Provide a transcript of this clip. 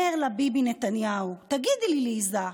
אומר לה ביבי נתניהו: תגידי לי, ליזה,